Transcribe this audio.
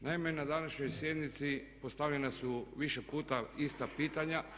Naime, na današnjoj sjednici postavljena su više puta ista pitanja